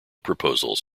proposals